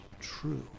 true